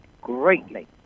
greatly